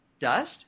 dust